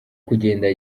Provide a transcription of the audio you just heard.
kugenda